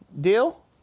deal